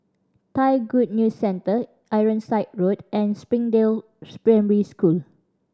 Thai Good News Centre Ironside Road and Springdale School